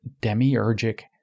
demiurgic